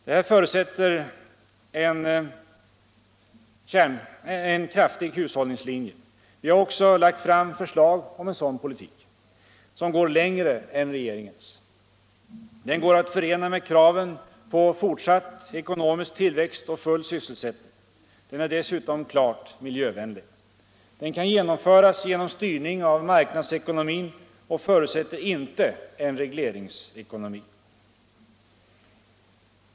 Det här förutsätter en linje som går in för kraftig hushållning. Vi har också lagt fram förslag om en sådan politik, som går längre än regeringens. Den går att förena med kraven på fortsatt ekonomisk tillväxt och full sysselsättning. Den är dessutom klart miljövänlig. Den kan genomföras genom styrning av marknadsekonomin och förutsätter inte en regleringsekonomi.